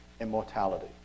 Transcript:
immortality